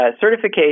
Certification